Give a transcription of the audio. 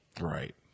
Right